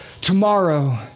tomorrow